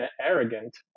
arrogant